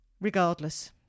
Regardless